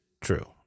true